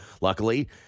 luckily